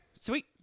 Sweet